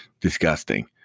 disgusting